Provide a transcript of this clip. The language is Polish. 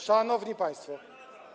Szanowni państwo.